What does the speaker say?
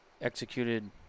executed